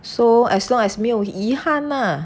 so as long as 没有遗憾 ah